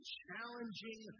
challenging